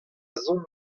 zont